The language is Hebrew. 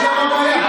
אתה יודע מה הבעיה?